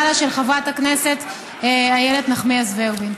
לה של חברת הכנסת איילת נחמיאס ורבין.